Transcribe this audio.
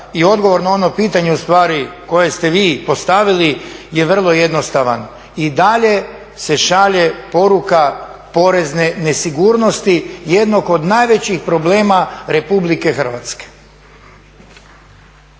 i odgovor na ono pitanje koje ste vi postavili je vrlo jednostavan, i dalje se šalje poruka porezne nesigurnosti jednog od najvećih problema RH.